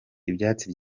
ibyatsi